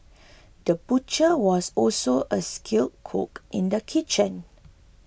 the butcher was also a skilled cook in the kitchen